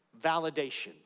validation